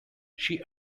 she